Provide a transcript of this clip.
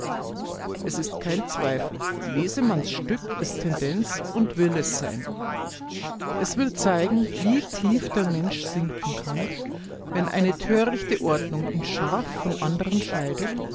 es ist kein zweifel wesemanns stück ist tendenz und will es sein es will zeigen wie tief der mensch sinken kann wenn eine törichte ordnung ihn scharf von anderen scheidet